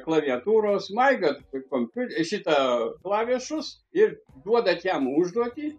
klaviatūros maigot ka kompiu šita klavišus ir duodat jam užduotį